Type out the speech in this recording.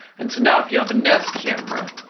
and so now, if you have a nest camera,